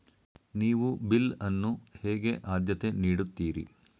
ನೀವು ಬಿಲ್ ಅನ್ನು ಹೇಗೆ ಆದ್ಯತೆ ನೀಡುತ್ತೀರಿ?